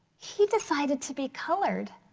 he decided to be colored.